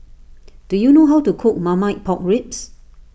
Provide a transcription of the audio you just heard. do you know how to cook Marmite Pork Ribs